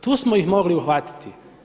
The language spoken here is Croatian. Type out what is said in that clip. Tu smo ih mogli uhvatiti.